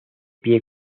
pie